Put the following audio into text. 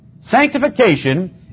Sanctification